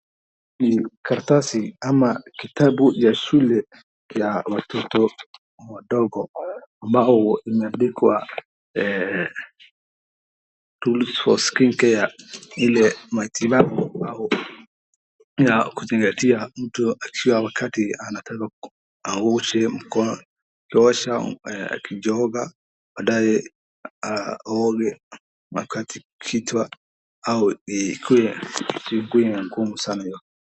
Ni karatasi ama kitabu cha shule cha watoto wadogo ambacho kimeandikwa tools for skin care , ile matibabu ya kuzingatia wakati mtu anataka aosha mkono, akioga, baadae aoge kichwa au ikuwe ni ngumu sana hiyo.